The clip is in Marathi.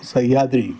सह्याद्री